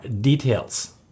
details